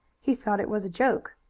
he thought it was a joke.